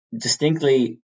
distinctly